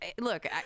look